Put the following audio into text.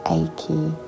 achy